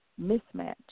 mismatch